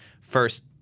first